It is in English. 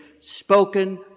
spoken